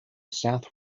south